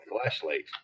flashlight